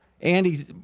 Andy –